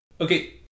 Okay